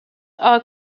are